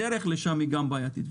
הדרך לשם גם בעייתית.